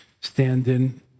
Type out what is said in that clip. stand-in